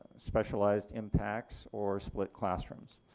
specialized impacts or split classrooms.